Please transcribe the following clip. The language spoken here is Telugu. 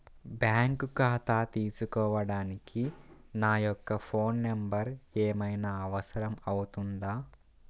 బ్యాంకు ఖాతా తీసుకోవడానికి నా యొక్క ఫోన్ నెంబర్ ఏమైనా అవసరం అవుతుందా?